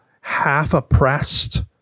half-oppressed